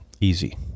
easy